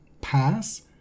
pass